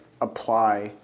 apply